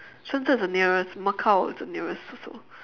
shenzhen is the nearest macau is the nearest also